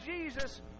Jesus